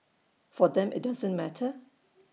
for them IT doesn't matter